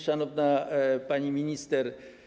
Szanowna Pani Minister!